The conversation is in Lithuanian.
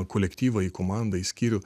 kolektyvą į komandą skyrių